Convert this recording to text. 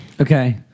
Okay